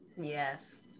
Yes